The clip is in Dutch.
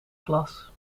klas